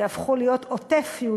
יהפכו להיות עוטף-יהודה-ושומרון,